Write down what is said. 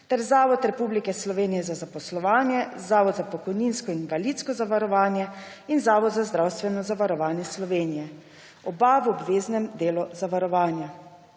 ter Zavod Republike Slovenije za zaposlovanje, Zavod za pokojninsko in invalidsko zavarovanje in Zavod za zdravstveno zavarovanje Slovenije, oba v obveznem delu zavarovanja.